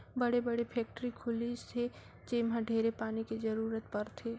बड़े बड़े फेकटरी खुली से जेम्हा ढेरे पानी के जरूरत परथे